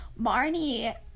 Marnie